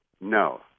no